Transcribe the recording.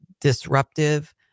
disruptive